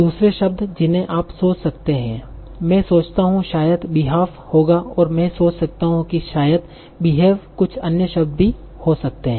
दूसरे शब्द जिन्हें आप सोच सकते हैं मैं सोचता हूं शायद behalf होगा और मैं सोच सकता हूं कि शायद behave कुछ अन्य शब्द भी हो सकते हैं